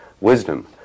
wisdom